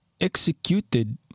executed